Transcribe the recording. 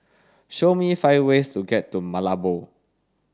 show me five ways to get to Malabo